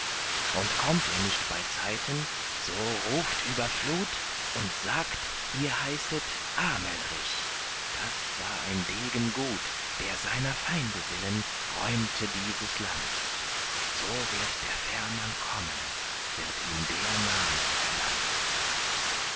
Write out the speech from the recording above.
und kommt er nicht beizeiten so ruft über flut und sagt ihr heißet amelrich das war ein degen gut der seiner feinde willen räumte dieses land so wird der fährmann kommen wird ihm der name genannt